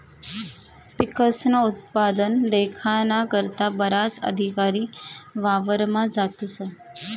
पिकस्नं उत्पादन देखाना करता बराच अधिकारी वावरमा जातस